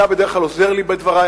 אתה בדרך כלל עוזר לי בדברי,